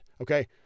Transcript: Okay